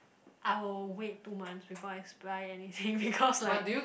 I will wait two months before I supply anything because like